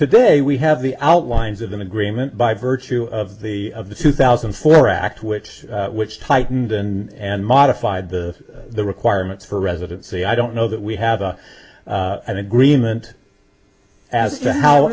today we have the outlines of an agreement by virtue of the of the two thousand and four act which which tightened and modified the the requirements for residency i don't know that we have an agreement as to how